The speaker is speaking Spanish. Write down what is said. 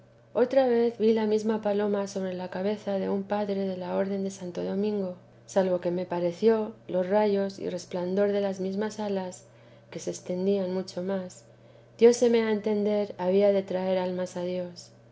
otra vez vi la mesma paloma sobre la cabeza de un padre de la orden de santo domingo salvo que me pareció los rayos y los resplandores de las mesmas alas que se extendían mucho más dióseme a entender había de traer almas a dios